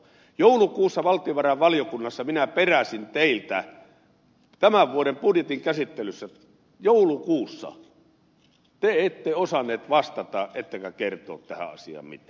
joulukuussa valtiovarainvaliokunnassa minä peräsin teiltä tämän vuoden budjetin käsittelyssä joulukuussa mutta te ette osannut vastata ettekä kertoa tähän asiaan mitään